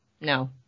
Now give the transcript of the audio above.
No